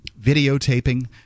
videotaping